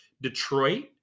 Detroit